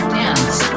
dance